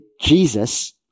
Jesus